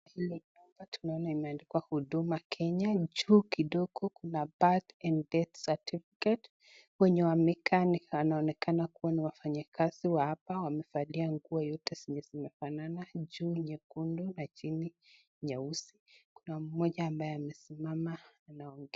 Hili nyumba tunaona imeandikwa Huduma Kenya, juu kidogo kuna birth and death certificate wenye wamekaa wanaonekana kuwa ni wafanyikazi wa hapa wamevalia nguo yote zenye zimefanana, juu nyekundu na chini nyeusi, kuna mmoja ambaye amesimama anaongea.